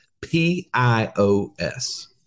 P-I-O-S